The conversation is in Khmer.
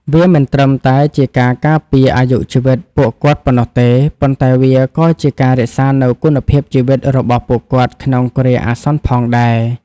វាមិនត្រឹមតែជាការការពារអាយុជីវិតពួកគាត់ប៉ុណ្ណោះទេ ប៉ុន្តែវាក៏ជាការរក្សានូវគុណភាពជីវិតរបស់ពួកគាត់ក្នុងគ្រាអាសន្នផងដែរ។